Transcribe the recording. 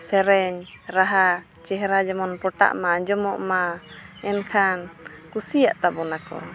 ᱥᱮᱨᱮᱧ ᱨᱟᱦᱟ ᱪᱮᱦᱨᱟ ᱡᱮᱢᱚᱱ ᱯᱚᱴᱟᱜᱢᱟ ᱟᱡᱚᱢᱚᱜᱢᱟ ᱮᱱᱠᱷᱟᱱ ᱠᱩᱥᱤᱭᱟᱜ ᱟᱵᱚᱱᱟᱠᱚ